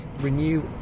renew